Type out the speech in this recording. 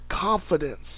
confidence